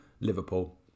Liverpool